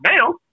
now